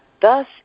Thus